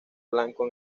blanco